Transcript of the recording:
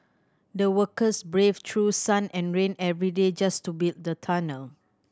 the workers braved through sun and rain every day just to build the tunnel